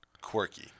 quirky